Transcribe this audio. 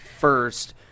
first